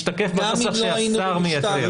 משתקף בנוסח שהשר מייצר.